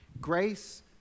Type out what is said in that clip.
Grace